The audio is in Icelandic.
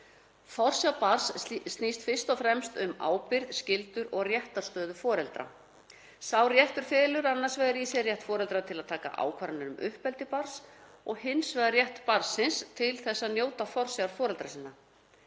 Forsjá barns snýst fyrst og fremst um ábyrgð, skyldur og réttarstöðu foreldra. Sá réttur felur annars vegar í sér rétt foreldra til að taka ákvarðanir um uppeldi barns og hins vegar rétt barns til að njóta forsjár foreldra sinna.